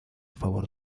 favor